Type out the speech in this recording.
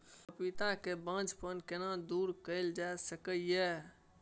पपीता के बांझपन केना दूर कैल जा सकै ये?